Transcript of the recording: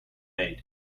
made